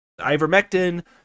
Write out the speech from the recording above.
ivermectin